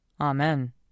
Amen